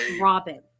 Robin